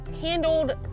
handled